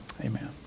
Amen